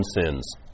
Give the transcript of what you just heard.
sins